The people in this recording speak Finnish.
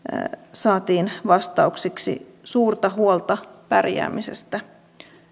saatiin vastauksiksi suurta huolta pärjäämisestä